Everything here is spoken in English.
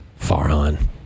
Farhan